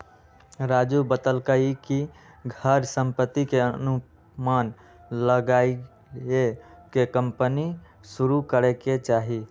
राजू बतलकई कि घर संपत्ति के अनुमान लगाईये के कम्पनी शुरू करे के चाहि